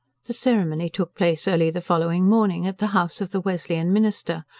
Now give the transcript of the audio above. the ceremony took place early the following morning, at the house of the wesleyan minister,